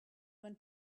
when